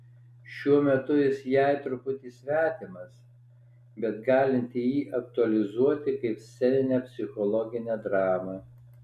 šiuo metu jis jai truputį svetimas bet galinti jį aktualizuoti kaip sceninę psichologinę dramą